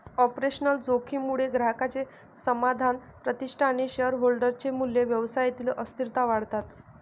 operational जोखीम मुळे ग्राहकांचे समाधान, प्रतिष्ठा आणि शेअरहोल्डर चे मूल्य, व्यवसायातील अस्थिरता वाढतात